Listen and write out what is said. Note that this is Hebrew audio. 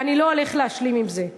ואני לא הולך להשלים עם זה.